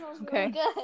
okay